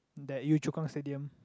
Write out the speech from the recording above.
that Yio-Chu-Kang stadium